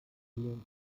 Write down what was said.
sie